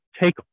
take